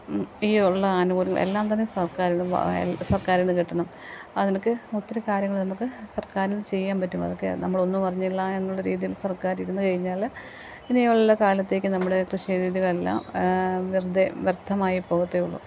ഈയുള്ള ആനുകൂല്യം എല്ലാം തന്നെ സർക്കാർ സർക്കാരിൽ നിന്ന് കിട്ടണം അതിനൊക്കെ ഒത്തിരി കാര്യങ്ങൾ നമുക്ക് സർക്കാരിൽ ചെയ്യാൻ പറ്റും അതൊക്കെ നമ്മളൊന്നും അറിഞ്ഞില്ല എന്നുള്ള രീതിയിൽ സർക്കാരിരുന്നു കഴിഞ്ഞാൽ ഇനിയുള്ള കാലത്തേക്ക് നമ്മളെ കൃഷി രീതികളെല്ലാം വെറുതെ വ്യർത്ഥമായി പോകത്തേയുള്ളൂ